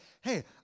hey